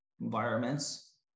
environments